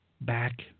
back